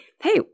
hey